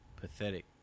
pathetic